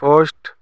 post